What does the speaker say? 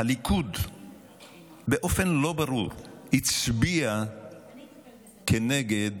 הליכוד באופן לא ברור הצביע נגד